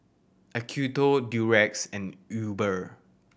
Acuto Durex and Uber